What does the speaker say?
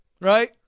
Right